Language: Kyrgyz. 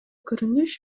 көрүнүш